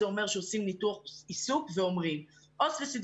זה אומר שעושים ניתוח עיסוק ואומרים שעובדת סוציאלית